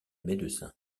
médecin